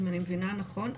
אם אני מבינה נכון,